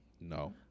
No